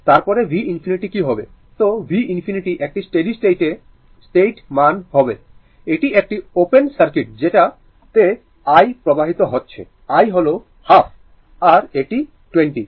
তারপরে v infinity কি হবে তো v infinity একটি স্টেডি স্টেট স্টেট মান হবে এটি একটি ওপেন সার্কিট যেটা তে i প্রবাহিত হচ্ছে i হল হাফ আর এটি 20